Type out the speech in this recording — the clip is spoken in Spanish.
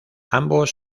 ambos